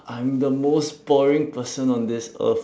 I'm the most boring person on this earth